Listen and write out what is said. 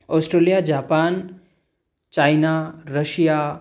Australia Japan China Russia